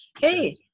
Hey